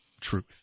truth